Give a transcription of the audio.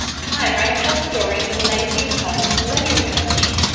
time ran a cover story on the lazy, entitled millennial generation.